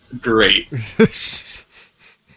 Great